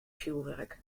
fjurwurk